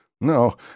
No